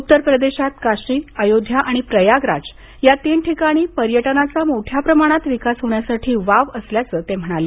उत्तरप्रदेशात काशी अयोध्या आणि प्रयागराज या तीन ठिकाणी पर्यटनाचा मोठ्या प्रमाणात विकास होण्यासाठी वाव असल्याचं ते म्हणाले